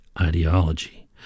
ideology